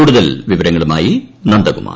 കൂടുതൽ വിവരങ്ങളുമായി നന്ദകുമാർ